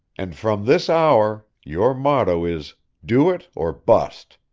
and from this hour your motto is do it or bust